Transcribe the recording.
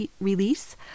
release